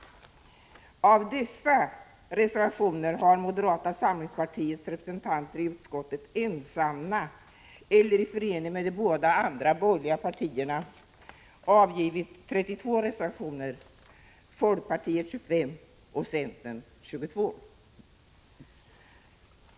Av dessa reservationer har moderata samlingspartiets representanter i utskottet ensamma eller i förening med de båda andra borgerliga partierna svarat för 32 stycken, folkpartiet för 25 och centern 22.